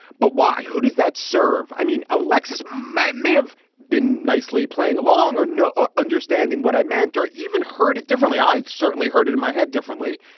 but why? who does that serve? i mean, alexis may may have been nicely playing along or no ah understanding what i meant or even heard it differently. i'd certainly heard it in my head differently.